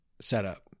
setup